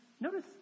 notice